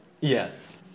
Yes